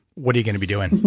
what are you going to be doing?